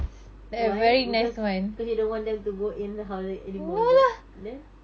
why because cause you don't want them to go in the house anymore is it then